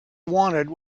wanted